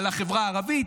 על החברה הערבית,